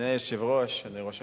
אדוני היושב-ראש, אדוני ראש הממשלה,